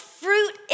fruit